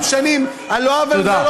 תודה.